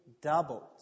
doubled